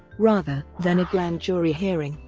rather than a grand jury hearing,